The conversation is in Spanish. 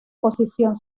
posición